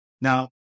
Now